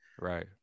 Right